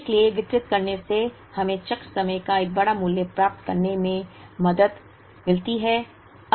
इसलिए वितरित करने से हमें चक्र समय का एक बड़ा मूल्य प्राप्त करने में मदद मिलती है